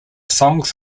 songs